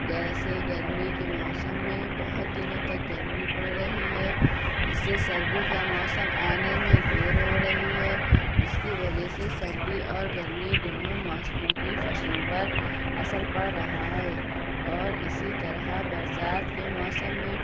جیسے گرمی کے موسم میں بہت دنوں تک گرمی پڑ رہی ہے اس سے سردی کا موسم آنے میں دیر ہو رہی ہے جس کی وجہ سے سردی اور گرمی دونوں موسموں کی فصلوں پر اثر پڑ رہا ہے اور اسی طرح برسات کے موسم میں